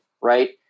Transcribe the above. Right